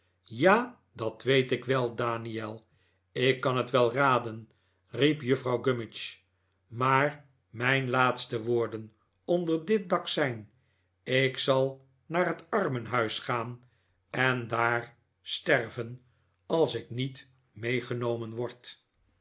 ja dat weet ik wel daniel ik kan het wel raden riep juffrouw gummidge maar mijn laatste woorden onder dit dak zijn ik zal naar het armhuis gaan en daar sterven als ik niet meegenomen word